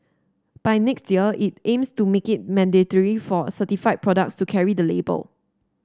by next year it aims to make it mandatory for certified products to carry the label